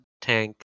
tank